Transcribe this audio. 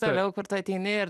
toliau kur tu ateini ir